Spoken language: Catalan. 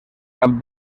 cap